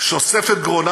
שוסף את גרונה.